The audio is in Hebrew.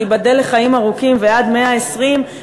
שייבדל לחיים ארוכים ועד מאה-ועשרים,